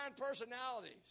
personalities